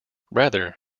rather